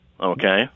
Okay